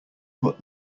put